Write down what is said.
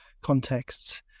contexts